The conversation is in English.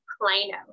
Plano